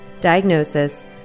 diagnosis